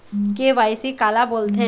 KYC काला बोलथें?